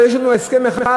אבל יש לנו הסכם אחד,